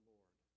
Lord